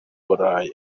buraya